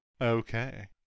Okay